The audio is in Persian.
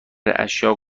اشیاء